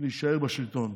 להישאר בשלטון.